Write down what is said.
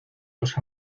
los